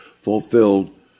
fulfilled